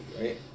right